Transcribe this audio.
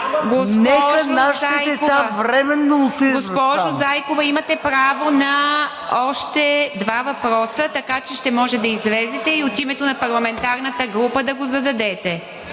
Нека нашите деца временно да отидат